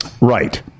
right